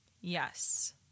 Yes